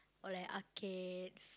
or like arcades